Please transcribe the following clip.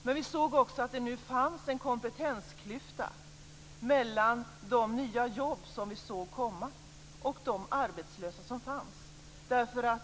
Men vi såg också att det nu fanns en kompetensklyfta mellan de nya jobb som vi såg komma och de arbetslösa som fanns.